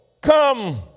come